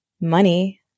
money